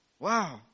Wow